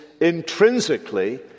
intrinsically